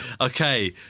Okay